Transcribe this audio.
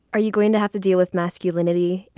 are you going to have to deal with masculinity?